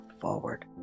forward